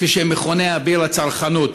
שמכונה "אביר הצרכנות".